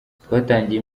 twatangiye